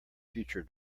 future